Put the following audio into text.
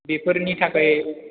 बेफोरनि थाखाय